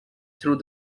through